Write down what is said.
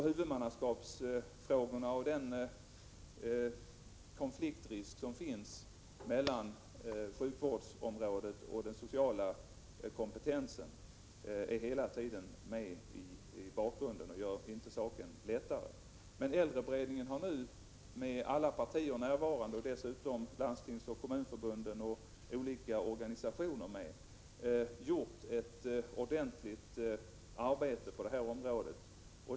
Huvudmannaskapsfrågorna och risken för konflikt mellan sjukvårdsområdet och den sociala kompetensen är hela tiden med i bakgrunden och gör inte saken lättare. Men äldreberedningen har nu, med alla partier, Landstingsförbundet och Kommunförbundet samt olika organisationer representerade, gjort ett ordentligt arbete på detta område.